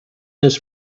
this